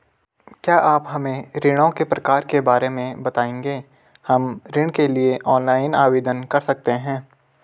क्या आप हमें ऋणों के प्रकार के बारे में बताएँगे हम ऋण के लिए ऑनलाइन आवेदन कर सकते हैं?